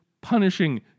punishing